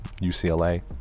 UCLA